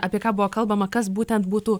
apie ką buvo kalbama kas būtent būtų